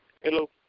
Hello